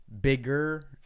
bigger